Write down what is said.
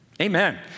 amen